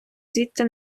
звідти